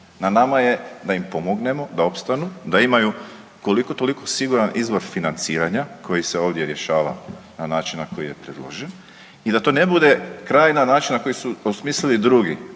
Na nama je da im pomognemo da opstanu, da imaju koliko toliko siguran izvor financiranja koji se ovdje rješava na način koji je predložen i da to ne bude kraj načina koji su osmislili drugi,